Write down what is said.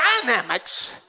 dynamics